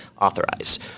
authorize